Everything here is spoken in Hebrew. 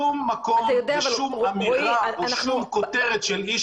שום מקום ושום אמירה או שום כותרת של איש